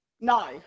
No